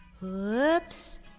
Whoops